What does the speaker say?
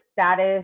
status